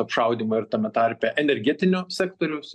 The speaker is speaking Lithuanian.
apšaudymą ir tame tarpe energetinio sektoriaus